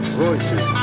voices